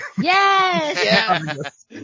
Yes